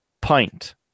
pint